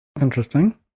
Interesting